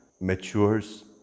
matures